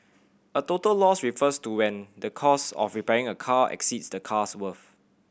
a total loss refers to when the cost of repairing a car exceeds the car's worth